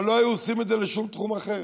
אבל לא היו עושים את זה לשום תחום אחר.